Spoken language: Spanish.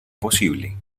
posible